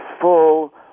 full